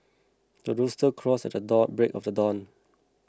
the rooster crows at the dawn break of dawn